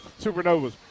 Supernovas